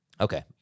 Okay